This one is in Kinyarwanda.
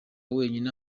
wenyine